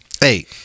Hey